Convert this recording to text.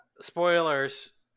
spoilers